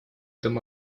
дом